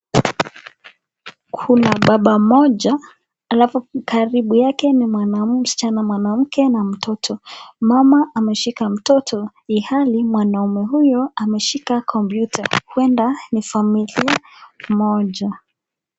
Kuna baba mmoja halafu karibu yake ni msichana mwanamke na mtoto, mama ameshika mtoto ilhali mwanaume huyo ameshika kompyuta, huenda ni familia moja.